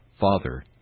Father